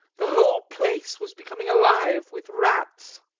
the whole place was becoming alive with rats.